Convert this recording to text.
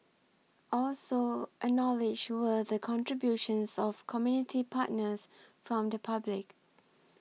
also acknowledged were the contributions of community partners from the public